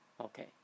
Okay